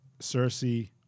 Cersei